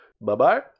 Bye-bye